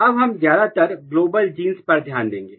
अब हम ज्यादातर ग्लोबल जींस पर ध्यान देंगे